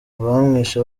abamwishe